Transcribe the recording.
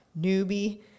newbie